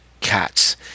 cats